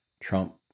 Trump